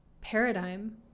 paradigm